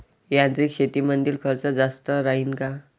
यांत्रिक शेतीमंदील खर्च जास्त राहीन का?